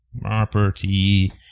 Property